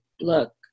look